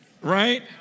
Right